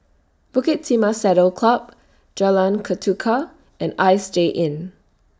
Bukit Timah Saddle Club Jalan Ketuka and Istay Inn